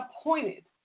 appointed